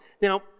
Now